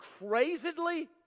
crazedly